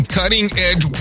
cutting-edge